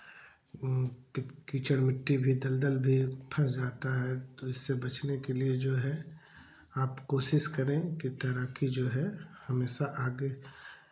कीचड़ मिट्टी भी दलदल भी फँस जाता है तो इससे बचने के लिए जो है आप कोशिश करें कि तैराकी जो है हमेशा आगे